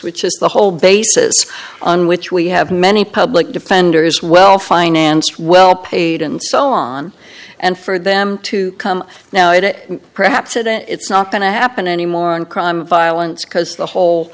which is the whole basis on which we have many public defenders well financed well paid and so on and for them to come now it perhaps it's not going to happen anymore in crime violence because the whole